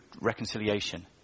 reconciliation